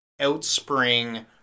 outspring